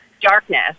darkness